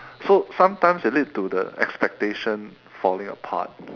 so sometimes it lead to the expectation falling apart